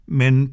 men